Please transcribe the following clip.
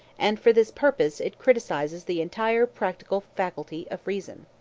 and for this purpose it criticizes the entire practical faculty of reason.